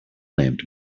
named